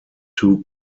two